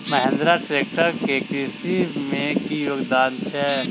Mahindra tractor केँ कृषि मे की योगदान छै?